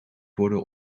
worden